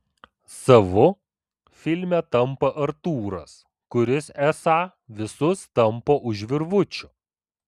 savu filme tampa artūras kuris esą visus tampo už virvučių